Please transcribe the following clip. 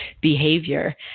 behavior